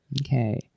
Okay